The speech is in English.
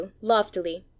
loftily